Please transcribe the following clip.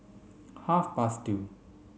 half past two